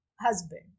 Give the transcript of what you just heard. husband